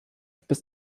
bis